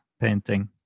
painting